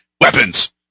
weapons